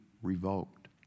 revoked